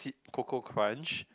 CocoCrunch